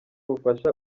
ubufasha